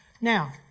Now